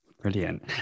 Brilliant